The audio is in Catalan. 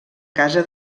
casa